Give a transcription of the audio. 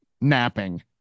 napping